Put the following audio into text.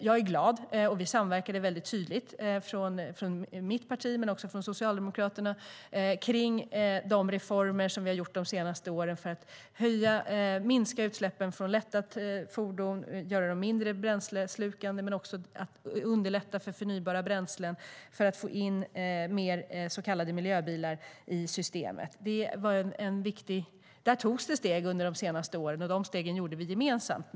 Jag är glad att mitt parti och Socialdemokraterna har samverkat tydligt om de reformer vi har gjort de senaste åren för att minska utsläppen från lätta fordon, göra dem mindre bränsleslukande och underlätta för förnybara bränslen för att få in fler så kallade miljöbilar i systemet. Där har steg tagits under de senaste åren, och de tog vi gemensamt.